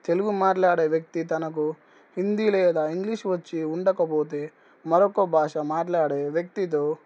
తెలుగు మాట్లాడే వ్యక్తి తనకు హిందీ లేదా ఇంగ్లీష్ వచ్చి ఉండకపోతే మరొక భాష మాట్లాడే వ్యక్తితో